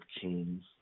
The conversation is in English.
kings